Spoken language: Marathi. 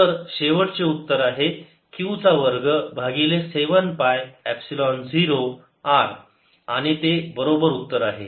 तर शेवटचे उत्तर आहे Q चा वर्ग भागिले 7 पाय एपसिलोन 0 r आणि ते बरोबर उत्तर आहे